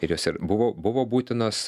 ir jos ir buvo buvo būtinos